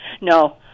No